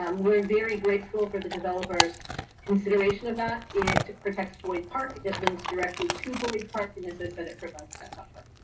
um we're very grateful for the developer's consideration of that, it protects boyd park, it links directly to boyd park and as i said, it provides that buffer.